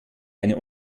eine